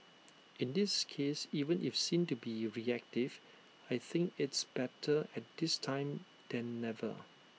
in this case even if seen to be reactive I think it's better at this time than never